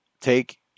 Take